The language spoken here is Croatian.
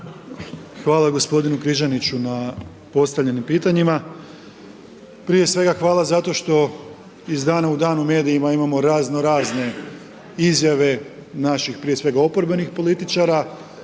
Hvala gospodinu Križaniću na postavljenim pitanjima. Prije svega hvala zato što iz dana u dan u medijima imamo razno razne izjave, naših prije svega oporbenih političara,